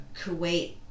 Kuwait